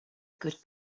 good